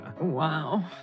Wow